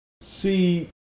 See